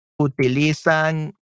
utilizan